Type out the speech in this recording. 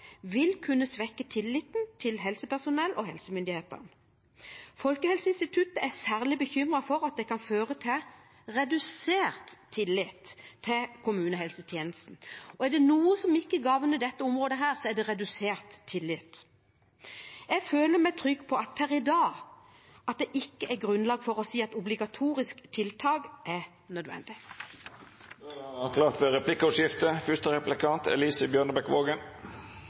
vil kunne svekke tilliten til helsepersonell og helsemyndighetene. Folkehelseinstituttet er særlig bekymret for at det kan føre til redusert tillit til kommunehelsetjenesten. Og er det noe som ikke gagner dette området, er det redusert tillit. Jeg føler meg trygg på at det per i dag ikke er grunnlag for å si at obligatoriske tiltak er nødvendig. Det vert replikkordskifte.